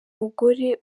mugore